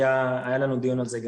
היה לנו דיון על זה,